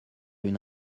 une